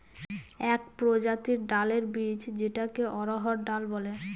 এক প্রজাতির ডালের বীজ যেটাকে অড়হর ডাল বলে